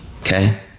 Okay